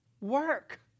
work